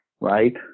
right